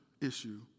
issue